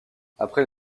après